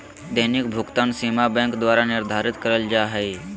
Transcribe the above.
दैनिक भुकतान सीमा बैंक द्वारा निर्धारित करल जा हइ